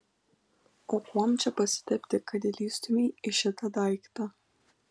o kuom čia pasitepti kad įlįstumei į šitą daiktą